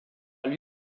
lui